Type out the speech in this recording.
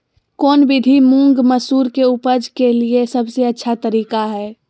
कौन विधि मुंग, मसूर के उपज के लिए सबसे अच्छा तरीका है?